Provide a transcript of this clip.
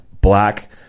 black